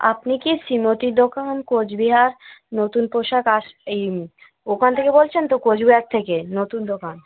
আপনি কি শ্রীমতীর দোকান কোচবিহার নতুন পোশাক আস এই ওখান থেকে বলছেন তো কোচবিহার থেকে নতুন দোকান